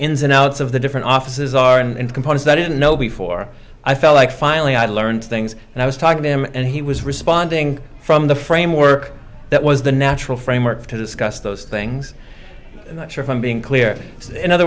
ins and outs of the different offices are and components that didn't know before i felt like finally i learned things and i was talking to him and he was responding from the framework that was the natural framework to discuss those things and i'm sure from being clear in other